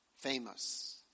famous